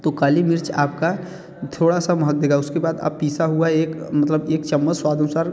तो काली मिर्च आपका थोड़ा सा महक देगा उसके बाद आप पीसा हुआ एक मतलब एक चम्मच स्वाद अनुसार